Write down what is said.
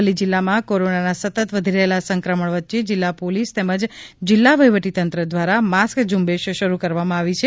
અરવલ્લી જિલ્લામાં કોરોનાના સતત વધી રહેલા સંક્રમણ વચ્ચે જિલ્લા પોલીસ તેમજ જિલ્લા વહીવટી તંત્ર દ્વારા માસ્ક ઝુંબેશ શરૂ કરવામાં આવી છે